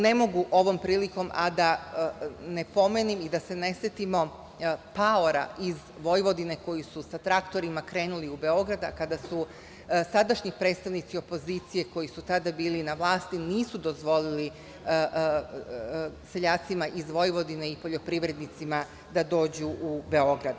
Ne mogu ovom prilikom a da ne pomenem i da se ne setimo paora iz Vojvodine koji su sa traktorima krenuli u Beograd, kada sadašnji predstavnici opozicije, koji su tada bili na vlasti, nisu dozvolili seljacima iz Vojvodine i poljoprivrednicima da dođu u Beograd.